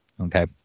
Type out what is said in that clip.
Okay